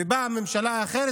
ובאה ממשלה אחרת,